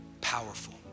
powerful